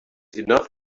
enough